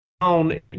on